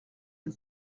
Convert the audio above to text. and